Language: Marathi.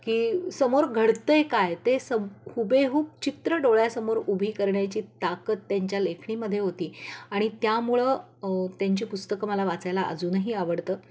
की समोर घडत आहे काय ते सब हुबेहूब चित्र डोळ्यासमोर उभी करण्याची ताकद त्यांच्या लेखणीमध्ये होती आणि त्यामुळं त्यांची पुस्तकं मला वाचायला अजूनही आवडतं